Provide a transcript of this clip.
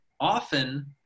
often